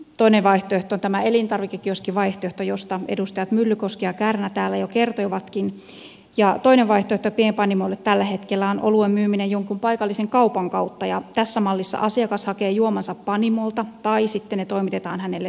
toinen vaihtoehto on tämä elintarvikekioskivaihtoehto josta edustajat myllykoski ja kärnä täällä jo kertoivatkin ja toinen vaihtoehto pienpanimoille tällä hetkellä on oluen myyminen jonkun paikallisen kaupan kautta ja tässä mallissa asiakas hakee juomansa panimolta tai sitten ne toimitetaan hänelle suoraan